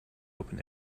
open